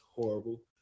horrible